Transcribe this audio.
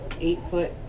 eight-foot